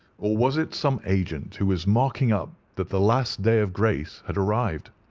or was it some agent who was marking up that the last day of grace had arrived.